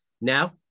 Now